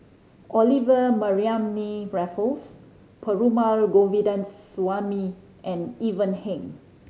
Olivia Mariamne Raffles Perumal Govindaswamy and Ivan Heng